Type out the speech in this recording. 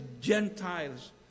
Gentiles